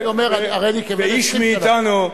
ואיש מאתנו,